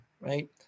right